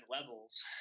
levels